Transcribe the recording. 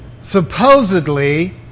supposedly